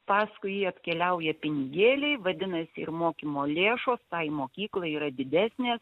paskui jį atkeliauja pinigėliai vadinasi ir mokymo lėšos tai mokyklai yra didesnės